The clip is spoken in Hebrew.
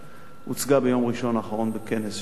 והוצגה ביום ראשון האחרון בכנס שהתקיים